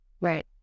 Right